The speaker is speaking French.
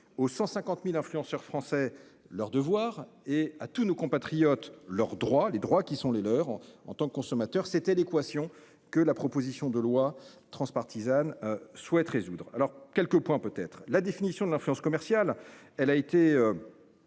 aux 150.000 influenceurs français leurs devoirs et à tous nos compatriotes leurs droits, les droits qui sont les leurs, en tant que consommateur, c'était l'équation que la proposition de loi transpartisane souhaite résoudre alors quelques points peut être la définition de l'influence commerciale, elle a été.